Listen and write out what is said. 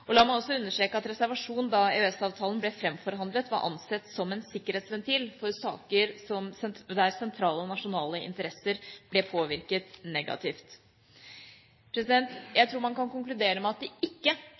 La meg også understreke at reservasjon da EØS-avtalen ble fremforhandlet, var ansett som en sikkerhetsventil for saker der sentrale nasjonale interesser ble påvirket negativt. Jeg tror man kan konkludere med at det ikke